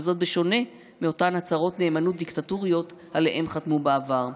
וזאת בשונה מאותן הצהרות נאמנות דיקטטוריות שעליהן חתמו בעבר.